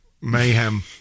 mayhem